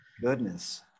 goodness